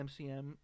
mcm